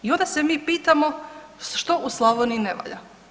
I onda se mi pitamo što u Slavoniji ne valja?